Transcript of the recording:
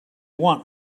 want